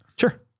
Sure